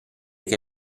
che